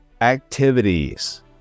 activities